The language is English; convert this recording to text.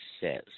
says